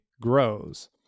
grows